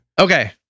Okay